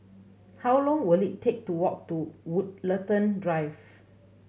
how long will it take to walk to Woollerton Drive